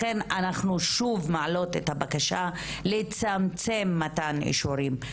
לכן אנחנו שוב מעלות את הבקשה לצמצם מתן אישורים.